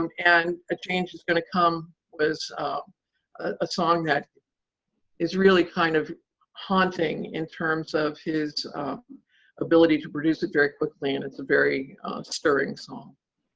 um and a change is gonna come was a song that is really kind of haunting in terms of his ability to produce it very quickly, and it's a very stirring song.